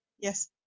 yes